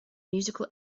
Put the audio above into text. musical